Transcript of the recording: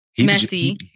messy